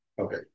Okay